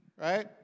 right